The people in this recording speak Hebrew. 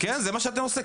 כן, זה מה שאתה עושה.